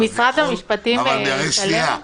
משרד המשפטים מתעלם מזה?